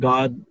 God